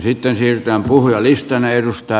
sitten siirrytään puhujalistaan